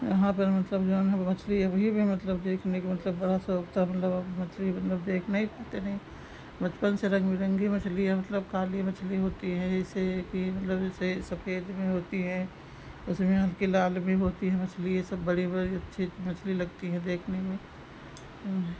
यहाँ पर मतलब जो है मछली अभी भी मतलब देखने को मतलब बड़ा शौक था मतलब अब मछली मतलब देख नहीं पाते नई बचपन से रंग बिरंगी मछली है मतलब काली मछली होती हैं जैसे कि मतलब जैसे सफ़ेद में होती हैं उसमें हल्की लाल भी होती हैं मछली यह सब बड़ी बड़ी अच्छी मछली लगती है देखने में जो है